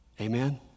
Amen